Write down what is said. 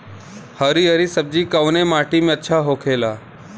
हरी हरी सब्जी कवने माटी में अच्छा होखेला?